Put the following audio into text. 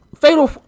fatal